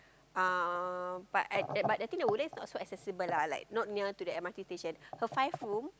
uh but I but the thing Woodlands is not so accessible lah like not near to the M_R_T station her five room